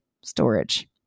storage